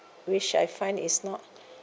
which I find is not